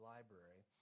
Library